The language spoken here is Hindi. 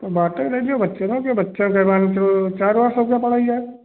तौ बाटा के ले लो बच्चवा के बच्चा के मान के चलो चार वार सौ का पड़ ही जाए